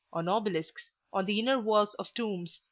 on obelisks, on the inner walls of tombs,